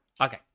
Okay